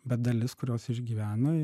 bet dalis kurios išgyvena